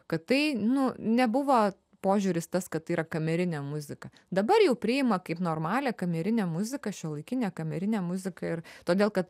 kad tai nu nebuvo požiūris tas kad tai yra kamerinė muzika dabar jau priima kaip normalią kamerinę muziką šiuolaikinę kamerinę muziką ir todėl kad